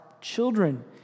children